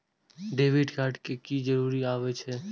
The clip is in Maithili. डेबिट कार्ड के की जरूर आवे छै?